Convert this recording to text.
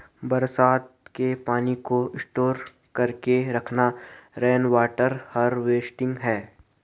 बरसात के पानी को स्टोर करके रखना रेनवॉटर हारवेस्टिंग है